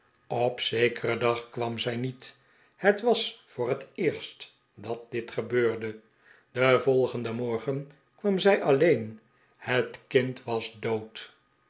op zekeren dag kwam zij niet het was voor het eerst dat dit gebeurde den volgenden morgen kwam zij alleen het kind was dood